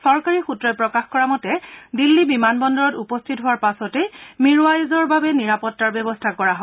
চৰকাৰী সূত্ৰই প্ৰকাশ কৰা মতে দিল্লী বিমান বন্দৰত উপস্থিত হোৱাৰ পাছতেই মিৰৱাইজৰ বাবে নিৰাপত্তাৰ ব্যৱস্থা কৰা হয়